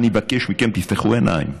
אני מבקש מכם שתפתחו עיניים.